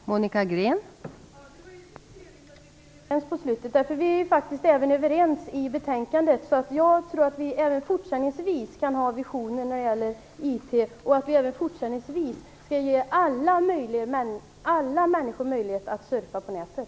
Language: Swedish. Fru talman! Det var ju trevligt att vi blev överens på slutet - vi är ju faktiskt överens i betänkandet. Jag tror att vi även fortsättningsvis kan ha visioner när det gäller IT och att vi även fortsättningsvis skall ge alla människor möjlighet att surfa på nätet.